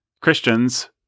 Christians